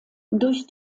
durch